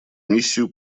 миссию